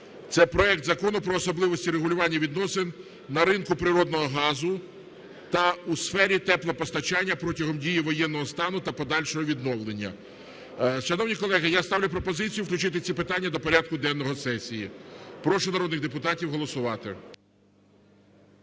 це проект Закону про особливості регулювання відносин на ринку природного газу та у сфері теплопостачання протягом дії воєнного стану та подальшого відновлення. Шановні колеги, я ставлю пропозицію включити ці питання до порядку денного сесії. Прошу народних депутатів голосувати.